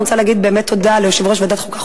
אני רוצה להגיד תודה ליושב-ראש ועדת החוקה,